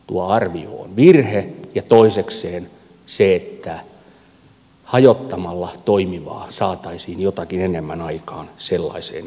tuo arvio on virhe ja toisekseen sellaiseen että hajottamalla toimivaa saataisiin jotakin enemmän aikaan en usko